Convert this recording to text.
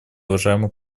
уважаемый